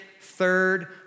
third